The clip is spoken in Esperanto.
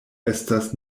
estas